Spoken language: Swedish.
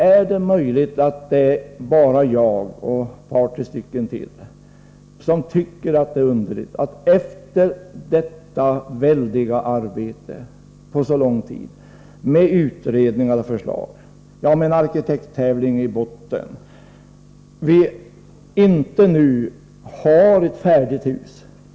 Är det möjligt att det är bara jag och ett par tre till som tycker att det är underligt att vi efter detta väldiga arbete under så lång tid — med utredningar och förslag och med en arkitekttävling i botten — nu inte har ett färdigt hus?